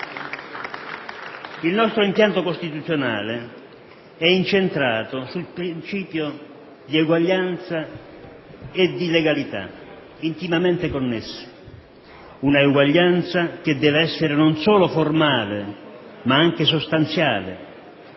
Il nostro impianto costituzionale è incentrato sul principio di eguaglianza e di legalità, intimamente connessi, un'eguaglianza che deve essere, non solo formale, ma anche sostanziale,